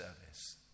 service